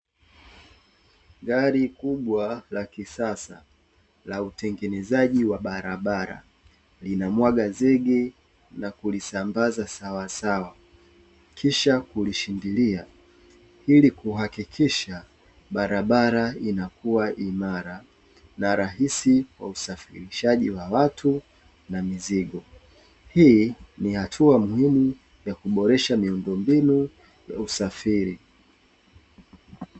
Gari kubwa la kisasa la utengenezaji wa barabara, linamwaga zege na kulisambaza sawasawa, kisha kulishindilia ili kuhakikisha barabara inakua imara, na rahisi kwa usafirishaji wa watu na mizigo. Hii ni hatua muhimu, kwa kuboresha miundombinu ya usafiri.